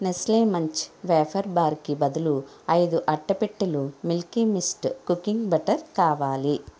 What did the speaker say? Nestle Munch wafer బార్కి బదులు ఐదు అట్టపెట్టెలు మిల్కీ మిస్ట్ కుకింగ్ బటర్ కావాలి